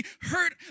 hurt